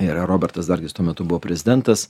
ir robertas dargis tuo metu buvo prezidentas